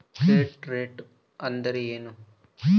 Credit rate ಅಂದರೆ ಏನು?